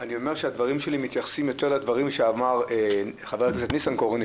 אני אומר שהדברים שלי מתייחסים יותר לדברים שאמר חבר הכנסת ניסנקורן,